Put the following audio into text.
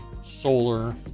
solar